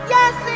Yes